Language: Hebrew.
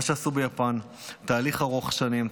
ומה שעשו ביפן: תהליך ארוך שנים,